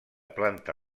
planta